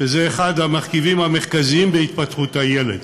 שזה אחד המרכיבים המרכזיים בהתפתחות הילד,